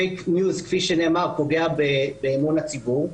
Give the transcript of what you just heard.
ה"פייק ניוז" כפי שנאמר, פוגע באמון הציבור,